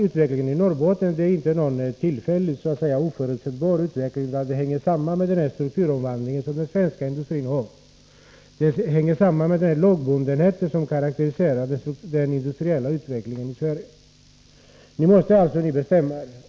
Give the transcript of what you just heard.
Utvecklingen i Norrbotten är inte någon tillfällig och oförutsebar utveckling, utan den hänger samman med strukturomvandlingen i svensk industri och med den lagbundenhet som karakteriserar den industriella utvecklingen i Sverige. Ni måste bestämma er inom socialdemokratin.